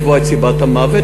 לקבוע את סיבת המוות,